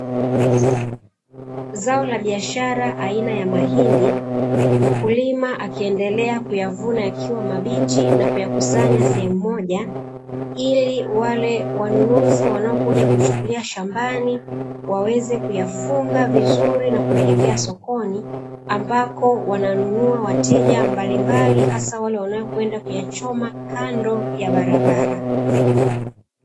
Zao la biashara aina ya mahindi, mkulima akiendelea kuyavuna yakiwa mabichi na kuyakusanya sehemu moja, ili wale wanunuzi wanaokuja kuchukua shambani waweze kuyafunga vizuri na kuelekea sokoni, ambako wananunua wateja mbalimbali hasa wale wanaokwenda kuyachoma kando ya barabara.